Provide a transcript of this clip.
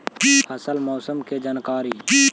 फसल मौसम के जानकारी?